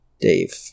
Dave